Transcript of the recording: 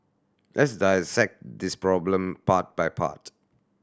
let's dissect this problem part by part